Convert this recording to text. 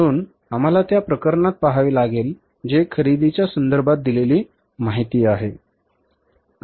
म्हणून आम्हाला त्या प्रकरणात पहावे लागेल जे खरेदीच्या संदर्भात दिलेली माहिती आहे